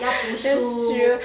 are you sure